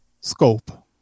scope